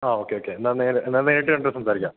ആ okay okay എന്നാല് എന്നാല് നേരിട്ട് കണ്ട് സംസാരിക്കാം